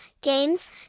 games